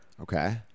Okay